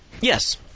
Yes